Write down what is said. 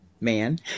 man